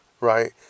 right